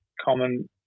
common